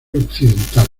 occidental